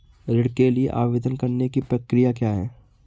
ऋण के लिए आवेदन करने की प्रक्रिया क्या है?